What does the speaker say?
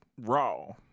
Raw